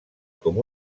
com